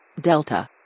delta